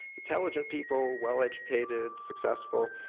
intelligent people, well educated, successful,